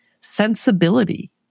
sensibility